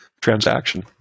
transaction